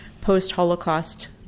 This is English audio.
post-Holocaust